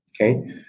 okay